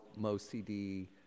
MoCD